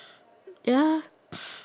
ya